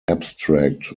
abstract